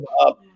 up